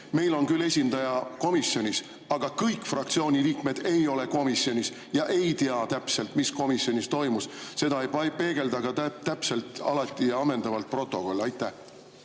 meil on küll esindaja komisjonis, aga kõik fraktsiooni liikmed ei ole komisjonis ega tea täpselt, mis komisjonis toimus. Seda ei peegelda alata täpselt ja ammendavalt ka protokoll. Aitäh,